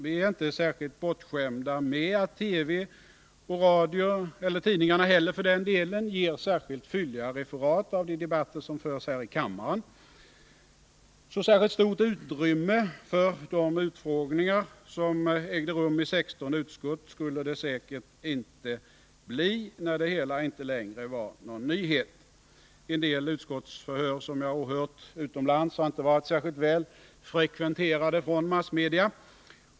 Vi är inte särskilt bortskämda med att TV och radio, eller tidningarna heller för den delen, ger särskilt fylliga referat av de debatter som förs här i kammaren. Så särskilt stort utrymme för de utfrågningar som ägde rum i 16 utskott skulle det säkert inte bli, när det hela inte längre var någon nyhet. En del utskottsförhör som jag åhört utomlands har inte varit särskilt välfrekventerade från massmedia.